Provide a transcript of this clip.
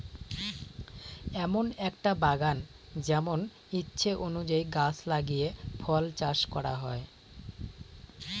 এমন একটা বাগান যেমন ইচ্ছে অনুযায়ী গাছ লাগিয়ে ফল চাষ করা হয়